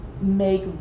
make